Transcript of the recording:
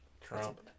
Trump